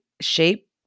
shape